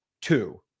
two